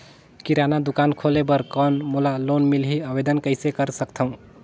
किराना दुकान खोले बर कौन मोला लोन मिलही? आवेदन कइसे कर सकथव?